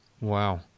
Wow